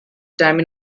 time